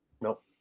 Nope